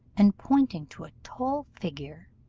and pointing to a tall figure,